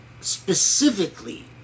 specifically